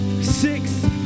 six